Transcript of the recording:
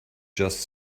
just